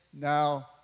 now